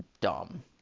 dumb